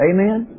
Amen